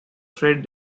fred